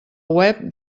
web